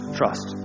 trust